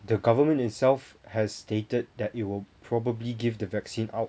the government itself has stated that it will probably give the vaccine out